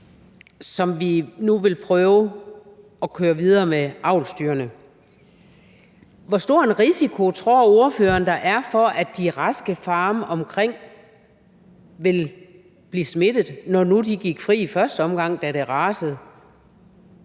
som vi nu vil prøve at køre videre med avlsdyrene i, hvor stor en risiko ordføreren tror, der er for, at de raske farme omkring vil blive smittet, når nu de gik fri i første omgang, da det rasede?